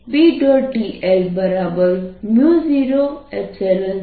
dl 00 qv20R2R2v2t232 છે